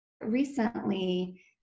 recently